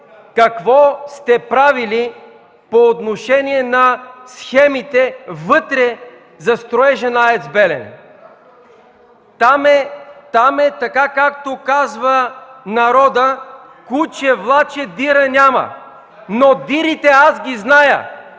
какво сте правили по отношение на схемите вътре за строежа на АЕЦ „Белене”. Там е така, както казва народът: „Куче влачи, диря няма”. Но дирите аз ги зная.